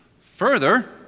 Further